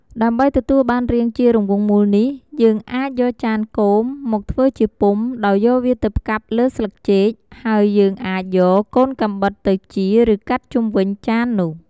ដើម្បីទទួលបានរាងជារង្វង់មូលនេះ យើងអាចយកចានគោម មកធ្វើជាពុម្ព ដោយយកវាទៅផ្កាប់លើស្លឹកចេក ហើយយើងអាចយកកូនកាំបិតទៅជៀរ ឬកាត់ជុំវិញចាននោះ។